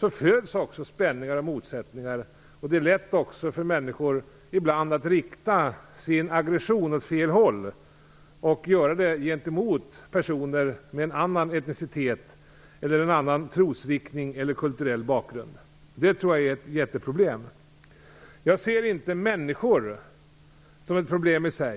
också föds spänningar och motsättningar, och då är det lätt för människor att ibland rikta sin aggression åt fel håll och göra det gentemot personer med en annan etnicitet, en annan trosriktning eller en annan kulturell bakgrund. Jag tror att det är ett jätteproblem. Jag ser inte människor som ett problem i sig.